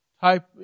type